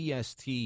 PST